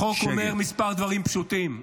החוק אומר כמה דברים פשוטים: